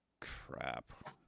crap